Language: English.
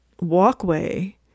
walkway